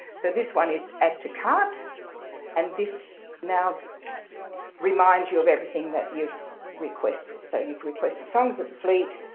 so this one is add to cart and this now reminds you of everything that you've requested. so you've requested songs of the fleet',